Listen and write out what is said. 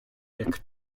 jak